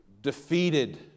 defeated